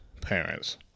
parents